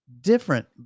different